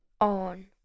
on